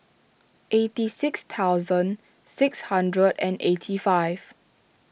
eighty six thousand six hundred and eighty five